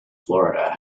florida